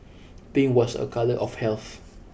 pink was a colour of health